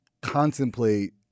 contemplate